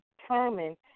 determine